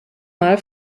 mal